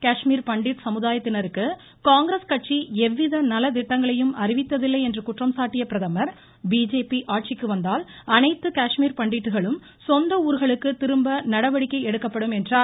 காஷ்மீர் பண்டிட் சமுதாயத்தினருக்கு காங்கிரஸ் கட்சி எவ்வித நலத்திட்டங்களையும் அறிவித்ததில்லை என்று குற்றம் சாட்டிய பிரதமர் பிஜேபி ஆட்சிக்கு வந்தால் அனைத்து காஷ்மீர் பண்டிட்களும் சொந்த ஊர்களுக்கு திரும்ப நடவடிக்கை எடுக்கப்படும் என்றார்